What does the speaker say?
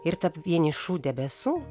ir tarp vienišų debesų